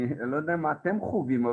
אני לא יודע מה אתם חווים,